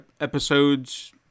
episodes